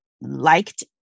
liked